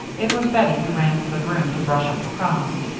it was bettie who ran for the broom to brush up the crumbs.